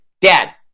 dad